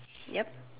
yeap